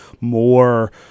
more